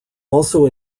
also